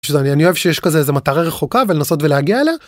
שאני אני אוהב שיש כזה איזה מטרה רחוקה ולנסות ולהגיע אליה.